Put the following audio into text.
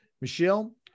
Michelle